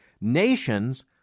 Nations